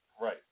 Right